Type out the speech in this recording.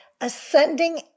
ascending